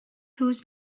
whose